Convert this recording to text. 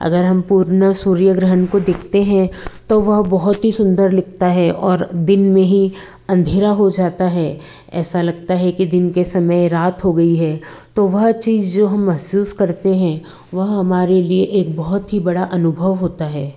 अगर हमको पूर्ण सूर्य ग्रहण को देखते हैं तो वह बहुत ही सुंदर लगता है और दिन में ही अंधेरा हो जाता है ऐसा लगता है कि दिन के समय रात हो गई है तो वह चीज जो हम महसूस करते हैं वह हमारे लिए एक बहुत ही बड़ा अनुभव होता है